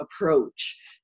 approach